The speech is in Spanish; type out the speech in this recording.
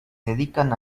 dedican